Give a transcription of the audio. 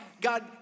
God